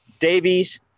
Davies